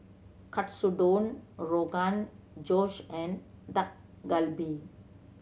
Katsudon Rogan Josh and Dak Galbi